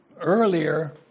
Earlier